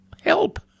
help